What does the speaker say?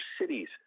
cities